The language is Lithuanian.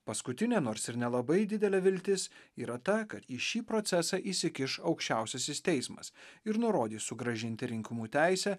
paskutinė nors ir nelabai didelė viltis yra ta kad į šį procesą įsikiš aukščiausiasis teismas ir nurodys sugrąžinti rinkimų teisę